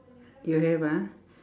you have ah